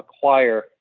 acquire